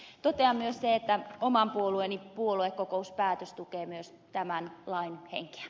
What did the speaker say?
totean myös sen että oman puolueeni puoluekokouspäätös tukee myös tämän lain henkeä